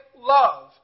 love